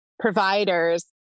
providers